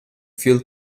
fuel